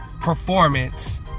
performance